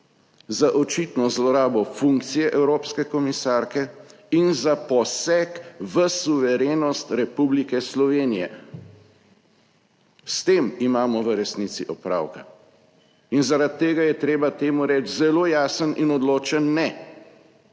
za očitno zlorabo funkcije evropske komisarke in za poseg v suverenost Republike Slovenije. S tem imamo v resnici opravka in zaradi tega je treba temu reči zelo jasen in odločen ne.